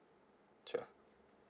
sure